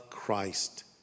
Christ